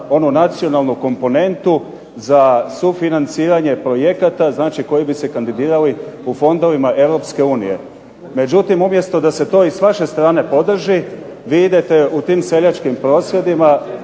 onu nacionalnu komponentu za sufinanciranje projekata, znači koji bi se kandidirali u fondovima Europske unije. Međutim umjesto da se to i s vaše strane podrži, vi idete u tim seljačkim prosvjedima,